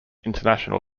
international